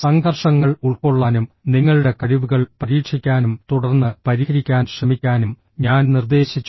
സംഘർഷങ്ങൾ ഉൾക്കൊള്ളാനും നിങ്ങളുടെ കഴിവുകൾ പരീക്ഷിക്കാനും തുടർന്ന് പരിഹരിക്കാൻ ശ്രമിക്കാനും ഞാൻ നിർദ്ദേശിച്ചു